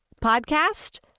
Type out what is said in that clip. podcast